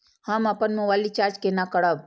हम अपन mobile recharge केना करब?